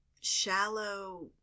shallow